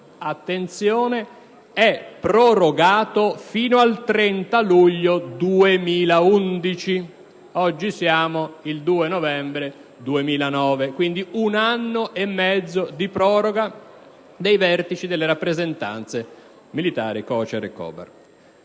attenzione - «è prorogato fino al 30 luglio 2011». Oggi siamo al 2 dicembre 2009: quindi, un anno e mezzo di proroga dei vertici delle rappresentanze militari, COCER e COBAR.